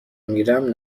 میرم